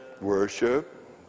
worship